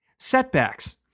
Setbacks